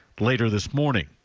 later this morning,